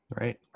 right